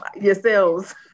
yourselves